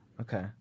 Okay